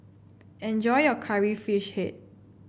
enjoy your Curry Fish Head